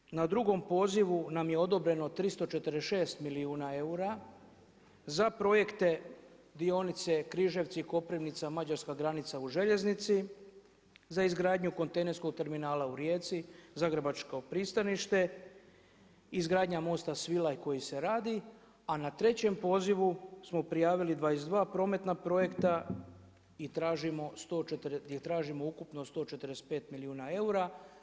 Tu smo, na drugom pozivu nam je odobreno 346 milijuna eura za projekte dionice Križevci, Koprivnica, mađarska granica u željeznici, za izgradnju kontejnerskog terminala u Rijeci, Zagrebačko pristaništa, izgradnja mosta Svilaj koji se radi a na trećem pozivu smo prijavili 22 prometna projekta i tražimo, gdje tražimo, ukupno 145 milijuna eura.